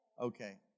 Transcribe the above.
Okay